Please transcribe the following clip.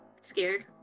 Scared